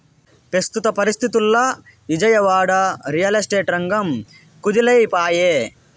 పెస్తుత పరిస్తితుల్ల Vijayawada, real estate రంగం కుదేలై పాయె